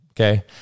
Okay